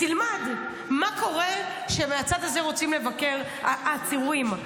תלמד מה קורה כשמהצד הזה רוצים לבקר עצורים.